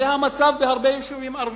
זה המצב בהרבה יישובים ערביים,